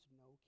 no